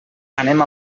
anem